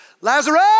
Lazarus